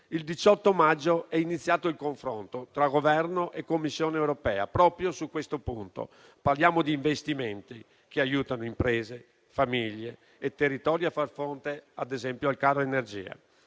Il 18 maggio è iniziato il confronto tra Governo e Commissione europea proprio su questo punto: parliamo di investimenti che aiutano imprese, famiglie e territori a far fronte, ad esempio, al caro energia.